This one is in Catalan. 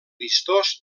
vistós